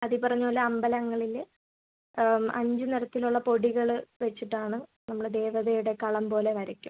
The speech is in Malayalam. അത് ഈ പറഞ്ഞതുപോലെ അമ്പലങ്ങളിൽ അഞ്ച് നിറത്തിലുള്ള പൊടികൾ വച്ചിട്ടാണ് നമ്മൾ ദേവതയുടെ കളം പോലെ വരയ്ക്കും